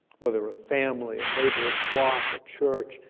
whether a family, a neighborhood block, a church,